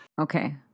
okay